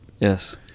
Yes